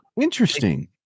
interesting